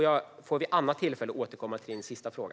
Jag får vid annat tillfälle återkomma till din sista fråga.